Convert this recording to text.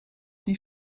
die